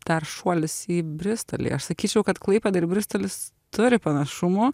dar šuolis į bristolį aš sakyčiau kad klaipėda ir bristolis turi panašumų